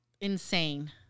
insane